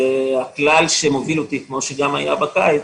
הכלל שמוביל אותי, כפי שהיה גם בקיץ,